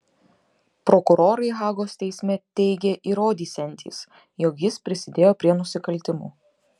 prokurorai hagos teisme teigė įrodysiantys jog jis prisidėjo prie nusikaltimų